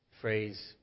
phrase